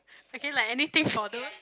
okay like anything for those